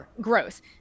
gross